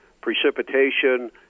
precipitation